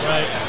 Right